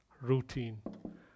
routine